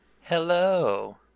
Hello